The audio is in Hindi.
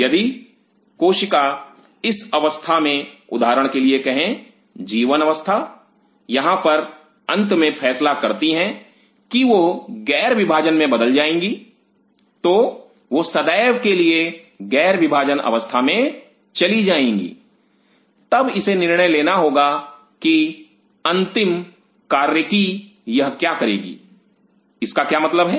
यदि कोशिका इस अवस्था में उदाहरण के लिए कहे जी1 अवस्था यहां पर अंत में फैसला करती हैं की वह ग़ैर विभाजन में बदल जाएगी तो वह सदैव के लिए ग़ैर विभाजन अवस्था में चली जाएगी तब इसे निर्णय लेना होगा कि अंतिम कार्यकी यह क्या करेगी इसका क्या मतलब है